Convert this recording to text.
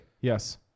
Yes